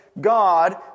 God